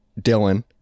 Dylan